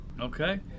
Okay